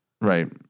Right